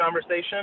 conversation